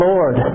Lord